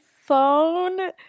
phone